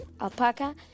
alpaca